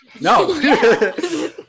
No